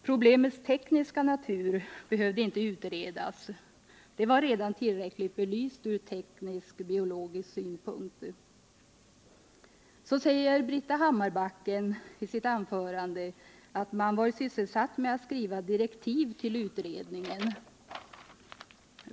Problemets tekniska natur behövde inte utredas. Detta var redan tillräckligt belyst från teknisk-biologisk synpunkt. Britta Hammarbacken säger i sitt anförande att man varit sysselsatt med att skriva direktiv till utredningen.